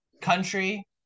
Country